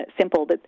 simple